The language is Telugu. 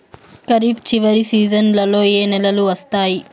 ఖరీఫ్ చివరి సీజన్లలో ఏ నెలలు వస్తాయి?